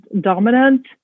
dominant